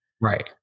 Right